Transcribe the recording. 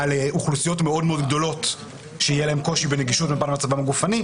לאוכלוסיות מאוד גדולות בישראל שתהיה להן קושי בנגישות בגלל מצבן הגופי,